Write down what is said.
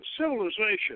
civilization